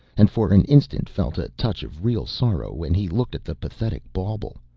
and for an instant felt a touch of real sorrow when he looked at the pathetic bauble.